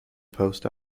post